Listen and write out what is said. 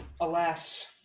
Alas